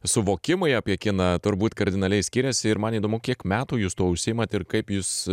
suvokimai apie kiną turbūt kardinaliai skiriasi ir man įdomu kiek metų jūs tuo užsiimate ir kaip jus